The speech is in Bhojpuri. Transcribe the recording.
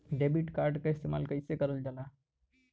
डेबिट कार्ड के इस्तेमाल कइसे करल जाला?